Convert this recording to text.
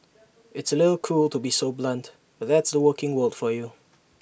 it's A little cruel to be so blunt but that's the working world for you